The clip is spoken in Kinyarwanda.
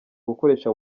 gukoresha